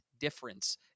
difference